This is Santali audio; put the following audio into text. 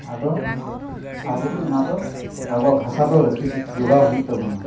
ᱟᱫᱚ ᱟᱵᱚᱜᱮ ᱚᱱᱟ ᱫᱚ ᱟᱵᱚᱣᱟᱜ ᱵᱷᱟᱥᱟ ᱫᱚ ᱨᱟᱠᱷᱟᱛ ᱡᱚᱜᱟᱣ ᱦᱩᱭᱩᱜ ᱛᱟᱵᱚᱱᱟ